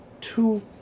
two